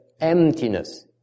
emptiness